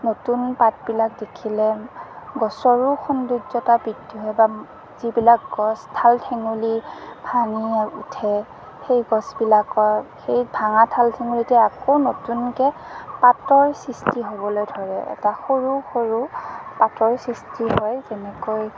নতুন পাতবিলাক দেখিলে গছৰো সৌন্দৰ্যতা বৃদ্ধি হয় বা যিবিলাক গছ ঠাল ঠেঙুলি ভাঙি উঠে সেই গছবিলাকত সেই ভাঙা ঠাল ঠেঙুলিতে আকৌ নতুনকৈ পাতৰ সৃষ্টি হ'বলৈ ধৰে এটা সৰু সৰু পাতৰ সৃষ্টি হয় যেনেকৈ